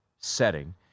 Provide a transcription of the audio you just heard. setting